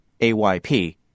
AYP